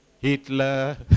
Hitler